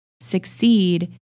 succeed